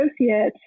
associate